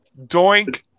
Doink